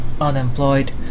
unemployed